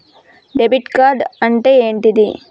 Debit card అంటే ఏంటిది?